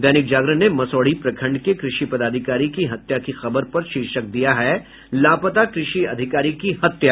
दैनिक जागरण ने मसौढ़ी प्रखंड के कृषि पदाधिकारी की हत्या की खबर पर शीर्षक दिया है लापता कृषि अधिकारी की हत्या